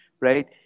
right